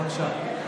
בבקשה.